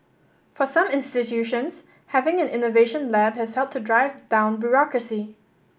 for some institutions having an innovation lab has helped to drive down bureaucracy